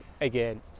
again